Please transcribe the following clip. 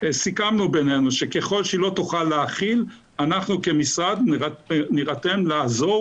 סיכמנו בינינו שככל שהיא לא תוכל להכיל אנחנו כמשרד נירתם לעזור